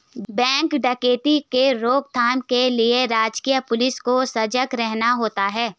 bank डकैती के रोक थाम के लिए राजकीय पुलिस को सजग रहना होता है